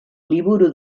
liburu